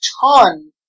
ton